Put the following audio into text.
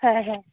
ᱦᱮᱸ ᱦᱮᱸ